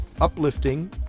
uplifting